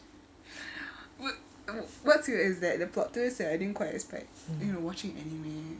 wha~ wha~ what's your exact the plot twist that I didn't quite expect you know watching anime